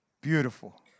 beautiful